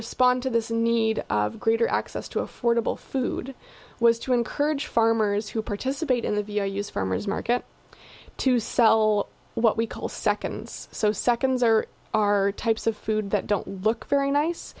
respond to this need greater access to affordable food was to encourage farmers who participate in the v a use farmer's market to sell what we call seconds so seconds or are types of food that don't look very nice